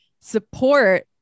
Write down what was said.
support